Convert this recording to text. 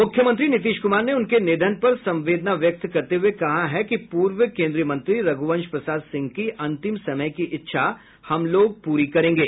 मुख्यमंत्री नीतीश कुमार ने उनके निधन पर संवेदना व्यक्त करते हुये कहा है कि पूर्व केन्द्रीय मंत्री रघुवंश प्रसाद सिंह की अंतिम समय की इच्छा हमलोग पूरी करेंगे